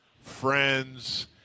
friends